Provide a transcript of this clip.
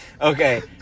Okay